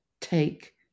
take